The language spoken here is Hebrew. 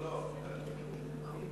לא, זה אני.